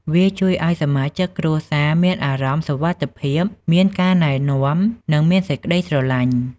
វាជួយឲ្យសមាជិកគ្រួសារមានអារម្មណ៍ សុវត្ថិភាព មានការណែនាំ និងមានសេចក្តីស្រលាញ់។